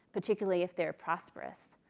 particularly if they are prosperous.